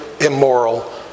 immoral